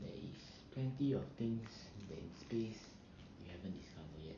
there is plenty of things that's in space we haven't discovered yet